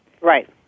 Right